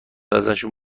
ازشون